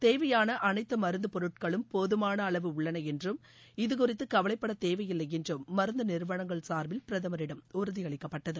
தேவையான அனைத்து மருந்து பொருட்களும் போதுமான அளவு உள்ளன என்றும் இதுகுறித்து கவலைப்படத் தேவையில்லை என்றும் மருந்து நிறுவனங்கள் சார்பில் பிரதமரிடம் உறுதி அளிக்கப்பட்டது